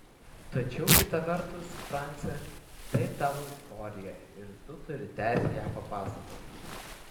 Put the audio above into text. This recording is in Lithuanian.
tačiau kita vertus franci tai tavo istorija ir tu turi teisę ją papasakoti